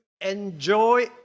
enjoy